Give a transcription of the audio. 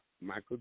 Michael